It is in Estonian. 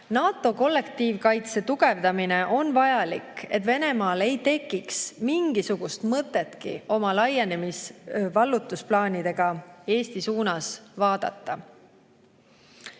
NATO kollektiivkaitse tugevdamine on vajalik, et Venemaal ei tekiks mingisugust mõtetki oma laienemis‑ ja vallutusplaanidega Eesti suunas vaadata. Teiseks